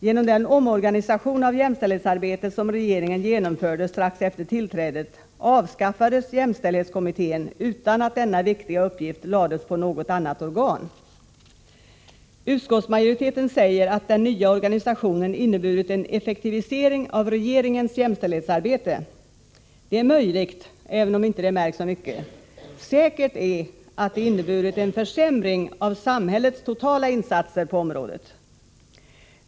Genom den omorganisation av jämställdhetsarbetet som regeringen genomförde strax efter sitt tillträde avskaffades jämställdhetskommittén utan att denna viktiga uppgift lades på något annat organ. Utskottsmajoriteten säger att den nya organisationen inneburit en effektivisering av regeringens jämställdhetsarbete. Det är möjligt, även om det inte märkts så mycket. Säkert är dock att den inneburit en minskning av samhällets totala insatser på området.